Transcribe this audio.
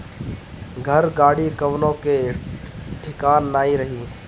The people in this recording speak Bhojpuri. घर, गाड़ी कवनो कअ ठिकान नाइ रही